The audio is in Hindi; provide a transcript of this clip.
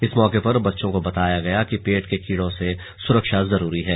इस मौके पर बच्चों को बताया गया कि पेट के कीड़ों से सुरक्षा जरूरी है